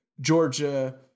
Georgia